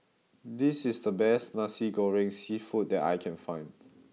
this is the best Nasi Goreng seafood that I can find